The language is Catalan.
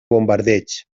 bombardeigs